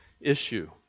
issue